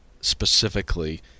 specifically